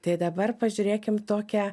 tai dabar pažiūrėkim tokią